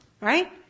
Right